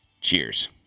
Cheers